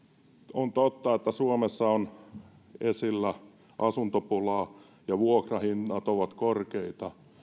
on totta että suomessa on esillä asuntopulaa ja vuokrahinnat ovat korkeita